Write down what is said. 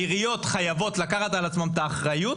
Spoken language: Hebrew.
עיריות חייבות לקחת על עצמן את האחריות